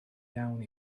iawn